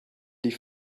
die